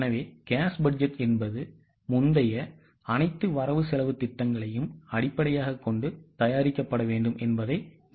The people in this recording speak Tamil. எனவே Cash பட்ஜெட் என்பது முந்தைய அனைத்து வரவு செலவுத் திட்டங்களையும் அடிப்படையாகக் கொண்டு தயாரிக்கப்பட வேண்டும் என்பதை நீங்கள் உணருவீர்கள்